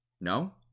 No